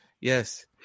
yes